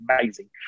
amazing